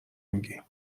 میگی